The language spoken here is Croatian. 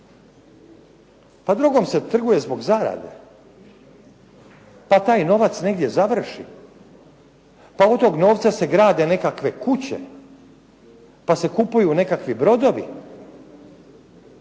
Pa drogom se trguje zbog zarade. Pa taj novac negdje završi, pa od tog novca se grade nekakve kuće, pa se kupuju nekakvi brodovi.